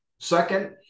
Second